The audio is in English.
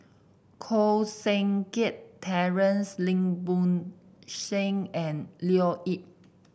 Koh Seng Kiat Terence Lim Bo Seng and Leo Yip